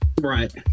Right